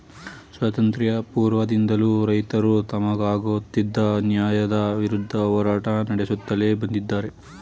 ಸ್ವಾತಂತ್ರ್ಯ ಪೂರ್ವದಿಂದಲೂ ರೈತರು ತಮಗಾಗುತ್ತಿದ್ದ ಅನ್ಯಾಯದ ವಿರುದ್ಧ ಹೋರಾಟ ನಡೆಸುತ್ಲೇ ಬಂದಿದ್ದಾರೆ